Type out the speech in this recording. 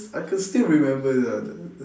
I could still remember the the the